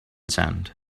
sand